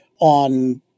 on